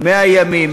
100 ימים,